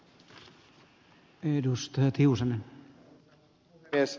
arvoisa puhemies